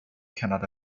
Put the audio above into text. cannot